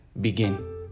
begin